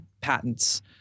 patents